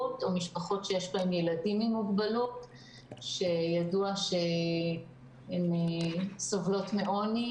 או משפחות שיש להן ילדים עם מוגבלות שידוע שהן סובלות מעוני,